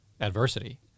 adversity